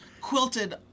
quilted